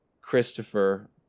Christopher